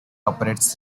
operates